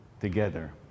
together